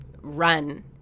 run